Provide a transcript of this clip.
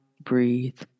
breathe